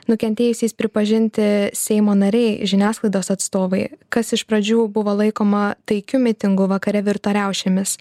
nukentėjusiais pripažinti seimo nariai žiniasklaidos atstovai kas iš pradžių buvo laikoma taikiu mitingu vakare virto riaušėmis